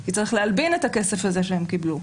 כי צריך להלבין את הכסף הזה שהם קיבלו.